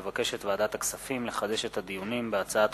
מבקשת ועדת הכספים לחדש את הדיונים בהצעת